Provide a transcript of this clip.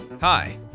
Hi